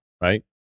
right